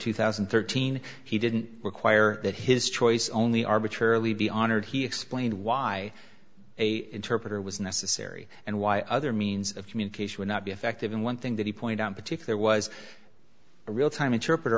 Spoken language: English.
two thousand and thirteen he didn't require that his choice only arbitrarily be honored he explained why a interpreter was necessary and why other means of communication would not be effective and one thing that he point on particular was a real time interpreter